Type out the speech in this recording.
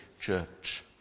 church